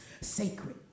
sacred